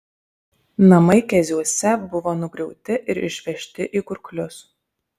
namai keziuose buvo nugriauti ir išvežti į kurklius